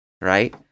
right